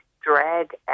drag